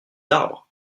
arbres